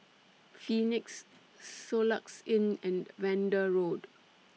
Phoenix Soluxe Inn and Vanda Road